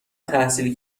تحصیل